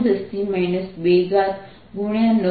તેથી કરેલું કાર્ય W6